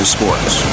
Sports